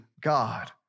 God